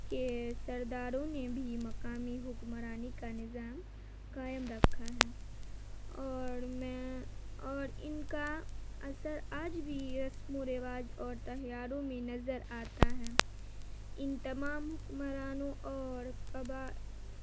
کے سرداروں نے بھی مقامی حکمرانی کا نظام قائم رکھا ہے اور میں اور ان کا اثر آج بھی رسم و رواج اور تہواروں میں نظر آتا ہے ان تمام حکمرانوں اور قبا